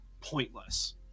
pointless